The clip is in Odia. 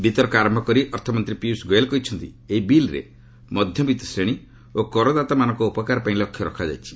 ବିତର୍କ ଆରମ୍ଭ କରି ଅର୍ଥମନ୍ତ୍ରୀ ପୀୟୁଷ ଗୋୟଲ କହିଛନ୍ତି ଏହି ବିଲ୍ରେ ମଧ୍ୟବିତ୍ ଶ୍ରେଣୀ ଓ କରଦାତାମାନଙ୍କ ଉପକାର ପାଇଁ ଲକ୍ଷ୍ୟ ରଖାଯାଇଛି